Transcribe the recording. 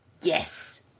yes